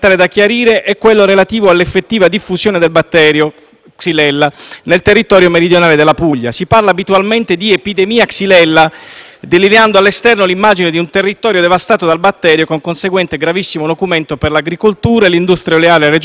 xylella nel territorio meridionale della Puglia. Si parla abitualmente di epidemia xylella, delineando all'esterno l'immagine di un territorio devastato dal batterio, con conseguente gravissimo nocumento per l'agricoltura e l'industria olearia regionale e, ovviamente, per l'immagine di quella meravigliosa area della Puglia.